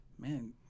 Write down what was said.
Man